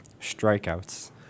Strikeouts